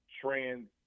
trans